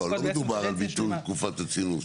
מדובר על ביטול תקופת הצינון.